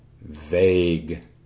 vague